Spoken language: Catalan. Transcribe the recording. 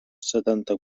setanta